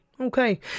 okay